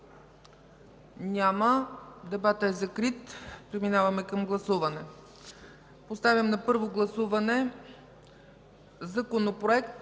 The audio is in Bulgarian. Няма. Дебатът е закрит. Преминаваме към гласуване. Поставям на първо гласуване Законопроекта